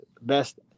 best